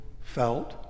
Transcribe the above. felt